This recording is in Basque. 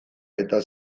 eta